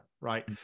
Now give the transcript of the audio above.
right